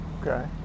Okay